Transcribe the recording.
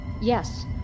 Yes